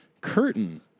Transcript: Curtain